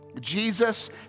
Jesus